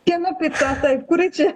kieno pica taip kuri čia